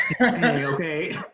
okay